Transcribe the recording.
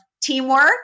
teamwork